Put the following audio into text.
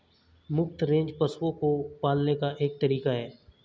मुफ्त रेंज पशुओं को पालने का एक तरीका है